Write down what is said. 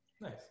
Nice